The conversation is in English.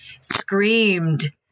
screamed